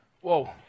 whoa